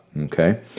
Okay